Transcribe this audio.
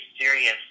serious